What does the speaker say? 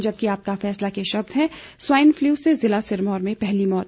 जबकि आपका फैसला के शब्द हैं स्वाइन फ्लू से जिला सिरमौर में पहली मौत